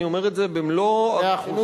אני אומר את זה במלוא, מאה אחוז.